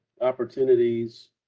opportunities